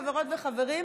חברות וחברות,